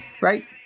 Right